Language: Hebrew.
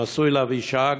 נשוי לאבישג.